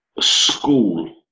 school